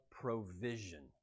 provision